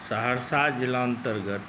Saharsa जिलान्तर्गत